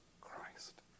Christ